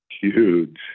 Huge